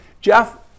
Jeff